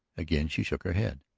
again she shook her head.